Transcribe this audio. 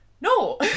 No